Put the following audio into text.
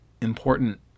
important